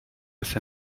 with